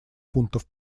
пунктов